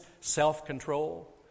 self-control